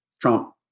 Trump